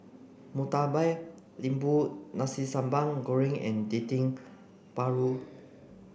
Murtabak Lembu Nasi Sambal Goreng and Dendeng Paru